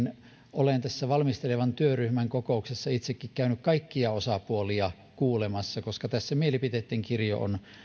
olen valmistelevan työryhmän kokouksessa itsekin käynyt kaikkia osapuolia kuulemassa koska mielipiteitten kirjo on